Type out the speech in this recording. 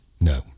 No